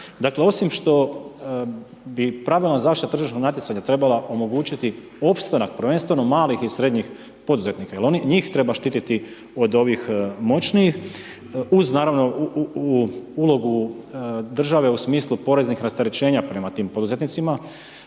Dakle, osim što bi pravilna zaštita tržišnog natjecanja trebala omogućiti opstanak prvenstveno malih i srednjih poduzetnika, jer njih treba štiti od onih moćnijih uz naravno ulogu, države u smislu poreznih rasterećenja prema tim poduzetnicima,